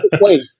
Wait